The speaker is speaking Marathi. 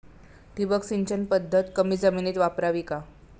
ठिबक सिंचन पद्धत कमी जमिनीत वापरावी का?